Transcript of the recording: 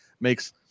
makes